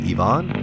Ivan